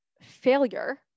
failure